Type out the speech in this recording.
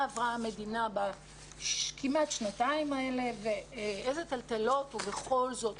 עברה המדינה בשנתיים האלה ואילו טלטלות ובכל זאת